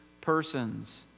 persons